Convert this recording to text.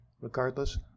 Regardless